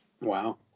Wow